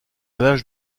l’âge